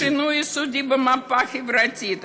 השינוי היסודי במפה החברתית,